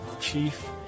chief